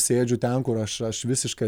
sėdžiu ten kur aš aš visiškai